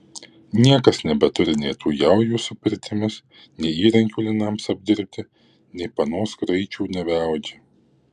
niekas nebeturi nei tų jaujų su pirtimis nei įrankių linams apdirbti nei panos kraičių nebeaudžia